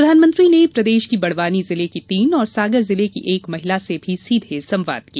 प्रधानमंत्री ने प्रदेश की बड़वानी जिले की तीन और सागर जिले की एक महिला से भी सीधे संवाद किया